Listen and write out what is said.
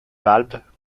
valves